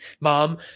mom